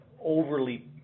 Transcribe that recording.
overly